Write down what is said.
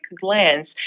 glance